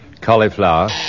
Cauliflower